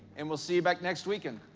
and we'll see you back next weekend.